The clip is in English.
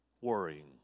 worrying